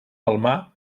palmar